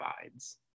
provides